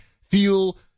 feel